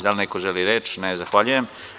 Da li neko želi reč? (Ne) Zahvaljujem.